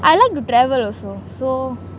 I like to travel also so